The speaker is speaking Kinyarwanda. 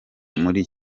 muri